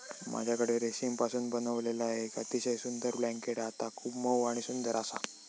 माझ्याकडे रेशीमपासून बनविलेला येक अतिशय सुंदर ब्लँकेट हा ता खूप मऊ आणि सुंदर आसा